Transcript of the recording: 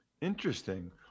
Interesting